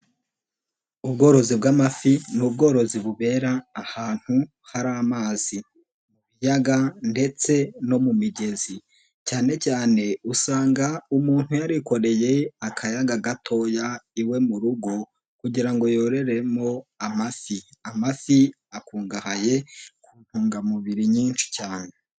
Ubworozi bw'amafi ni ubworozi bubera ahantu hari amazi, mu biyaga ndetse no mu migezi cyane cyane usanga umuntu yarikoreye akayaga gatoya iwe mu rugo kugira ngo yororeremo amafi, amafi akungahaye ku ntungamubiri nyinshi cyane.